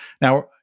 Now